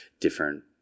different